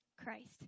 Christ